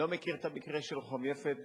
אני לא מכיר את המקרה של רחוב יפת.